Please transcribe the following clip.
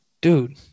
dude